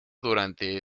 durante